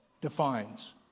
defines